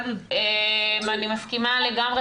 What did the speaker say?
אני מסכימה לגמרי,